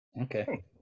okay